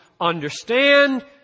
understand